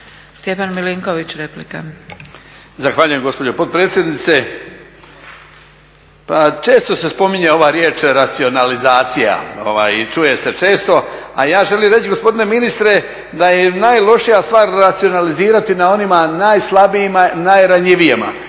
Stjepan (HDZ)** Zahvaljujem gospođo potpredsjednice. Pa često se spominje ova riječ racionalizacija i čuje se često, a ja želim reći gospodine ministre da je najlošija stvar racionalizirati na onima najslabijima, najranjivijima.